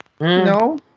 No